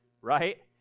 right